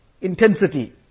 intensity